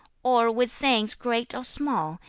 or with things great or small,